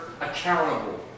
accountable